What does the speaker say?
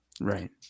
Right